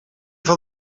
van